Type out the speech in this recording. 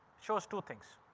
shows two things.